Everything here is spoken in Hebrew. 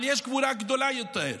אבל יש גבורה גדולה יותר,